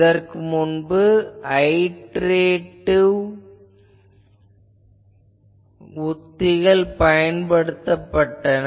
இதற்கு முன்பு ஐடேரேட்டிவ் உத்திகள் பயன்படுத்தப்பட்டன